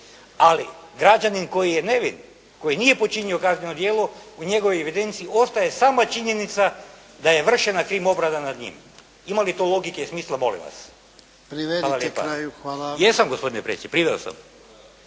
ali građanin koji je nevin, koji nije počinio kazneno djelo u njegovoj evidenciji ostaje sama činjenica da je vršena krim obrada nad njim. Ima li to logike i smisla molim vas? Hvala lijepa. **Jarnjak, Ivan